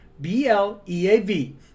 B-L-E-A-V